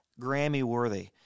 Grammy-worthy